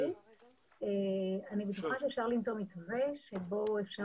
אני בטוחה שאפשר למצוא מתווה לפיו אפשר